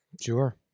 Sure